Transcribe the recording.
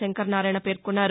శంకరనారాయణ పేర్కొన్నారు